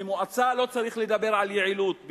במועצה לא צריך לדבר יעילות,